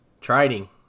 trading